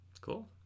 Cool